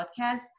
podcast